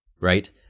right